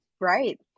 Right